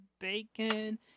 bacon